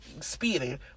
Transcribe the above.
speeding